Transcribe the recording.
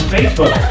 Facebook